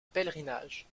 pèlerinage